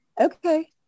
okay